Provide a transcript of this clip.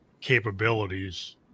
capabilities